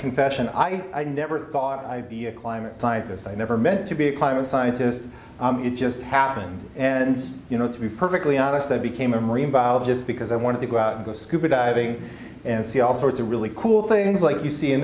confession i never thought i scientists i never meant to be a climate scientist it just happened and you know to be perfectly honest i became a marine biologist because i wanted to go out and go scuba diving and see all sorts of really cool things like you see in